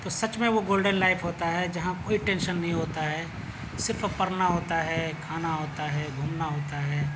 تو سچ میں وہ گولڈن لائف ہوتا ہے جہاں کوئی ٹینشن نہیں ہوتا ہے صرف پڑھنا ہوتا ہے کھانا ہوتا ہے گھومنا ہوتا ہے